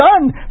done